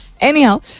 Anyhow